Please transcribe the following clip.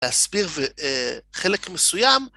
להסביר חלק מסוים.